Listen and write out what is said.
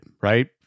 right